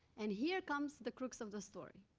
and here comes the crux of the story.